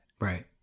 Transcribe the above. Right